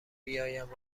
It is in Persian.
بیایند